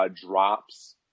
drops